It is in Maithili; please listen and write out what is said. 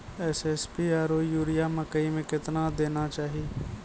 एस.एस.पी आरु यूरिया मकई मे कितना देना चाहिए?